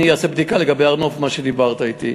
אני אעשה בדיקה לגבי הר-נוף, מה שדיברת אתי.